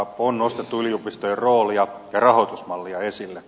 on nostettu yliopistojen roolia ja rahoitusmallia esille